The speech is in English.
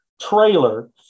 trailer